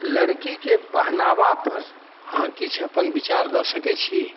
लड़की के पहनावापर अहाँ किछु अपन विचार दऽ सकै छी